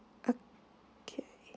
okay